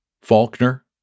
Faulkner